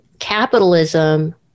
capitalism